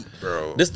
bro